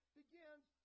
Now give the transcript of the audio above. begins